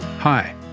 Hi